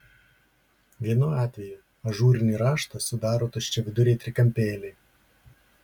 vienu atvejų ažūrinį raštą sudaro tuščiaviduriai trikampėliai